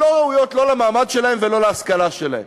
שלא ראויות, לא למעמד שלהם ולא להשכלה שלהם.